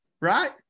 right